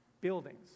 buildings